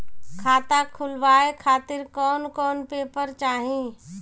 खाता खुलवाए खातिर कौन कौन पेपर चाहीं?